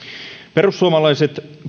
perussuomalaiset